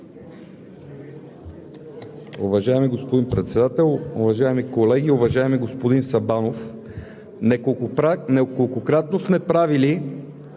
Уважаеми господин Председател, уважаеми колеги! Уважаеми господин Сабанов, неколкократно сме правили